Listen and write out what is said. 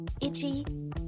Itchy